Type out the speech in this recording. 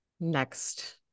next